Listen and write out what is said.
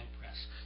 Press